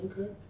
Okay